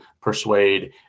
persuade